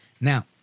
Now